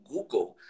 Google